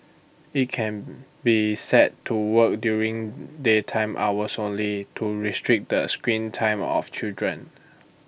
IT can be set to work during daytime hours only to restrict the screen time of children